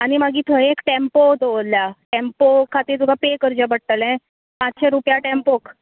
आनी मागीर थंय एक टॅम्पो दवरला टॅम्पो खातीर तुका पे करचें पडटलें पांचशें रुपयां टॅम्पोक